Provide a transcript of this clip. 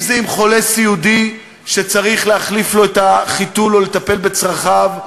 אם זה עם חולה סיעודי שצריך להחליף לו את החיתול או לטפל בצרכיו,